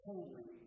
Holy